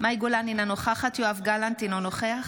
מאי גולן, אינה נוכחת יואב גלנט, אינו נוכח